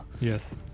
Yes